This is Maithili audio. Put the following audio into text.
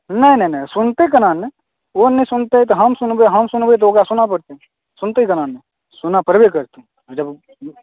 नहि नहि नहि सुनतै केना नहि ओ नहि सुनतै तऽ हम सुनबै हम सुनबै तऽ ओकरा सुनऽ पड़तै सुनतै केना नहि सुनऽ पड़बे करतै जब